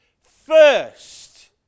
first